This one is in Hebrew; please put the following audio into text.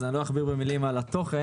אז לא אכביר במילים על התוכן,